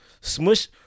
Smush